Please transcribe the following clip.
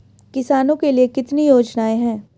किसानों के लिए कितनी योजनाएं हैं?